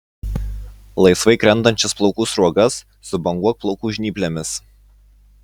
laisvai krentančias plaukų sruogas subanguok plaukų žnyplėmis